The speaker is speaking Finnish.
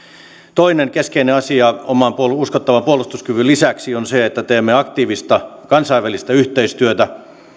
toinen keskeinen asia oman uskottavan puolustuskyvyn lisäksi on se että teemme aktiivista kansainvälistä yhteistyötä